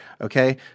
Okay